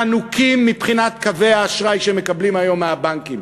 חנוקים מבחינת קווי האשראי שהם מקבלים היום מהבנקים.